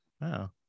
Wow